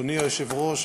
אדוני היושב-ראש,